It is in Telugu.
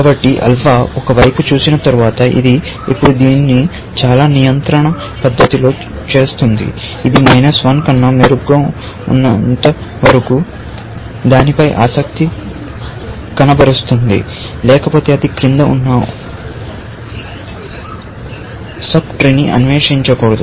కాబట్టి ఆల్ఫా ఒక వైపు చూసిన తరువాత ఇది ఇప్పుడు దీన్ని చాలా నియంత్రణ పద్ధతిలో చేస్తుంది ఇది కన్నా మెరుగ్గా ఉన్నంత వరకు దానిపై ఆసక్తి కనబరుస్తుంది లేకపోతే అది క్రింద ఉన్న సబ్ట్రీ ను అన్వేషించకూడదు